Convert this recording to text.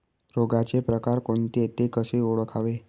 रोगाचे प्रकार कोणते? ते कसे ओळखावे?